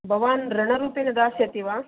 भवान् ऋणरूरेण न दास्यति वा